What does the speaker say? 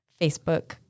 Facebook